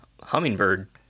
hummingbird